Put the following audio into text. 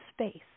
space